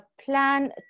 plan